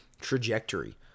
trajectory